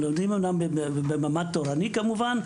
הם לומדים, אמנם, בממ"ד תורני, כמובן,